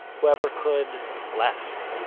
whoever could, left.